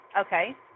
Okay